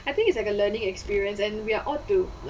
I think it's like a learning experience and we are ought to